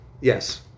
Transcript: Yes